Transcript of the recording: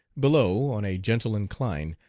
below, on a gentle incline,